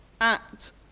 act